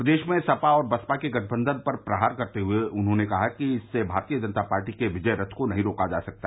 प्रदेश में सपा और बसपा के गठबंधन पर प्रहार करते हुए उन्होंने कहा कि इससे भारतीय जनता पार्टी के विजय रथ को नहीं रोका जा सकता